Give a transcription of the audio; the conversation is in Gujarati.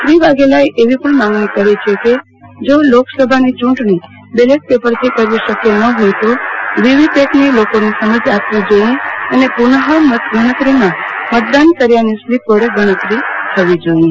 શ્રી વાઘેલાએ એવી પણ માગણી કરી છે કે જો લોકસભાની ચૂંટણી બેલેટ પેપરથી કરવી શક્ય ન હોય તો વીવીપેટની લોકોને સમજ આપવી જોઈએ અને પુનઃ મતગણતરીમાં મતદાન કર્યાની સ્લીપ વડે ગણતરી થવી જોઈએ